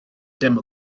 dim